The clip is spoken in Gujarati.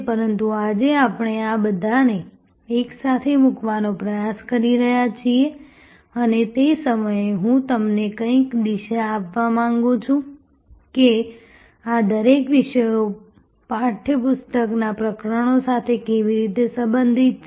પરંતુ આજે આપણે આ બધાને એકસાથે મૂકવાનો પ્રયાસ કરી રહ્યા છીએ અને તે જ સમયે હું તમને કંઈક દિશા આપવા માંગું છું કે આ દરેક વિષયો પાઠ્ય પુસ્તકના પ્રકરણો સાથે કેવી રીતે સંબંધિત છે